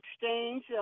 exchange